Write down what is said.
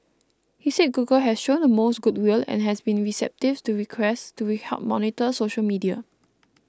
he said Google has shown the most good will and has been receptive to requests to be help monitor social media